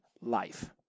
life